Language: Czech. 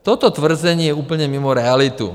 Toto tvrzení je úplně mimo realitu.